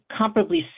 comparably